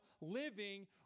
living